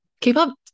K-pop